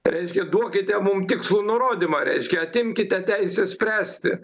reiškia duokite mum tikslų nurodymą reiškia atimkite teisę spręsti